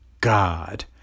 God